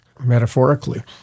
metaphorically